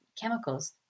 chemicals